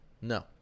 No